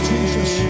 Jesus